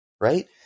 right